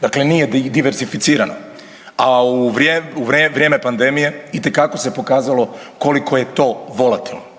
dakle nije diversificirano, a u vrijeme pandemije itekako se pokazalo koliko je to volatilno.